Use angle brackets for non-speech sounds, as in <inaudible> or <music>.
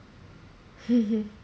<laughs>